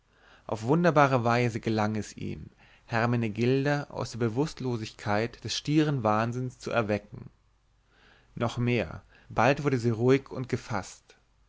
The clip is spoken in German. auf wunderbare weise gelang es ihm hermenegilda aus der bewußtlosigkeit des stieren wahnsinns zu erwecken noch mehr bald wurde sie ruhig und gefaßt